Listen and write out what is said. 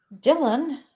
Dylan